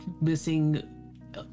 missing